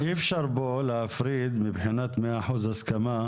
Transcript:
שרון, אי אפשר פה להפריד מבחינת מאה אחוז הסכמה.